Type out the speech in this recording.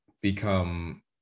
become